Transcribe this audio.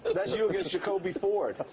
that's you against jacoby ford.